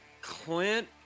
Clint